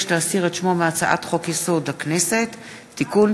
הצעת חוק-יסוד: הממשלה (תיקון,